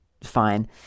fine